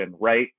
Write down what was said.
right